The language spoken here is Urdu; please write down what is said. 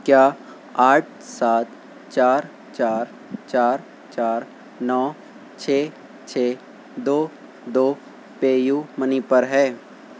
کیا آٹھ سات چار چار چار چار نو چھ چھ دو دو پے یو منی پر ہے